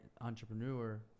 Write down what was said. entrepreneur